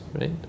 right